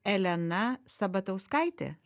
elena sabatauskaitė